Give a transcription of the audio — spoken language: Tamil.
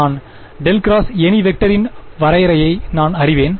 நான் ∇ ×எனி வெக்டர் இன் வரையறையை நான் அறிவேன்